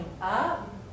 up